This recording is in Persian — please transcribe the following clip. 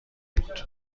بود